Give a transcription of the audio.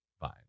fine